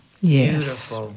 Yes